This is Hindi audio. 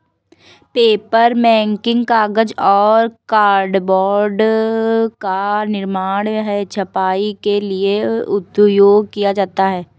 पेपरमेकिंग कागज और कार्डबोर्ड का निर्माण है छपाई के लिए उपयोग किया जाता है